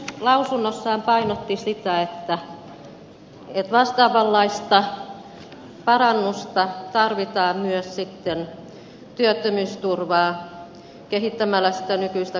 lausunnossaan valiokunta painotti sitä että vastaavanlaista parannusta tarvitaan myös työttömyysturvaan kehittämällä sitä nykyistä kannustavammaksi